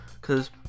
cause